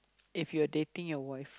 if you're dating your wife